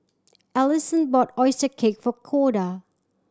Allisson bought oyster cake for Koda